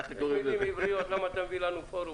יש לנו מילים עבריות, למה אתה מביא לנו פורום?